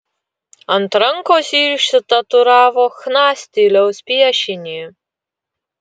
ant rankos ji išsitatuiravo chna stiliaus piešinį